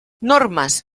normes